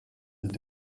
mit